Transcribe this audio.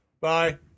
bye